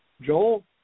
Joel